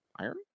Iron